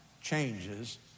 changes